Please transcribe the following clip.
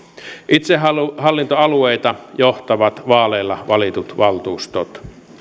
itsehallintoalueita johtavat vaaleilla valitut valtuustot